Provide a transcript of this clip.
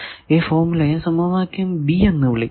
ഈ ഫോർമുലയെ സമവാക്യം b എന്ന് വിളിക്കുന്നു